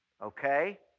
okay